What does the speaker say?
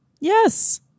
Yes